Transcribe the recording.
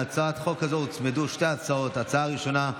להצעת החוק הזו הוצמדו שתי הצעות: ההצעה הראשונה,